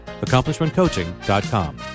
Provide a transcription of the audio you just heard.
AccomplishmentCoaching.com